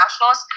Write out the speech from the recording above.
Nationals